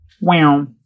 Wow